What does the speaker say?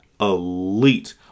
elite